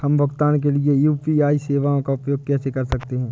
हम भुगतान के लिए यू.पी.आई सेवाओं का उपयोग कैसे कर सकते हैं?